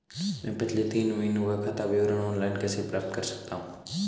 मैं पिछले तीन महीनों का खाता विवरण ऑनलाइन कैसे प्राप्त कर सकता हूं?